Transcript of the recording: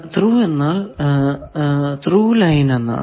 through എന്നാൽ through line എന്നാണ്